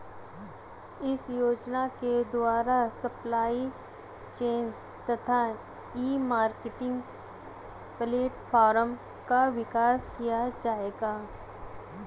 इस योजना के द्वारा सप्लाई चेन तथा ई मार्केटिंग प्लेटफार्म का विकास किया जाएगा